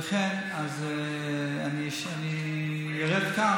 לכן אני ארד כאן,